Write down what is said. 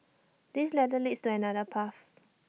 this ladder leads to another path